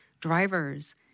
drivers